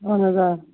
اَہَن حظ آ